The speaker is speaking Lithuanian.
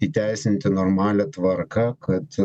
įteisinti normalią tvarką kad